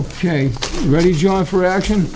ok ready john for action